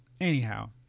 anyhow